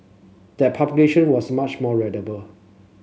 that was much more readable